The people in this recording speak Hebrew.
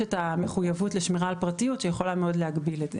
את המחויבות לשמירה על פרטיות שיכולה מאוד להגביל את זה.